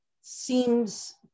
seems